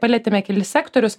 palietėme kelis sektorius